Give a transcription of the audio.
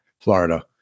Florida